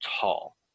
tall